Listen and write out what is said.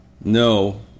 No